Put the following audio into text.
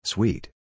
Sweet